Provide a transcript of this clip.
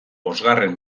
bosgarren